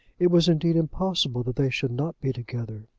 it was, indeed, impossible that they should not be together.